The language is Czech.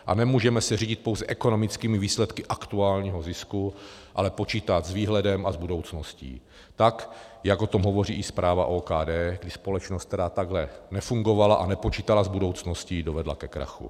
A nemůžeme se řídit pouze ekonomickými výsledky aktuálního zisku, ale počítat s výhledem a s budoucností, tak jak o tom hovoří i zpráva OKD, kdy společnost, která takhle nefungovala a nepočítala s budoucností, dovedla ke krachu.